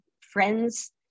friends